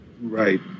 Right